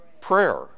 prayer